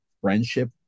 friendship